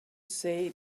say